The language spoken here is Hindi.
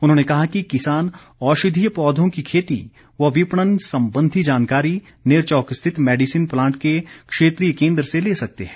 उन्होंने कहा कि किसान औषधीय पौधों की खेती व विपणन संबंधी जानकारी नेरचौक स्थित मैडिसन प्लांट के क्षेत्रीय केंद्र से ले सकते हैं